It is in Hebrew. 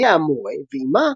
אביה היה מורה ואימה